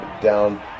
down